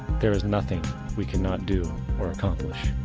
there is nothing we cannot do or accomplish.